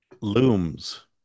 looms